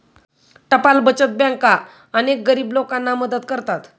टपाल बचत बँका अनेक गरीब लोकांना मदत करतात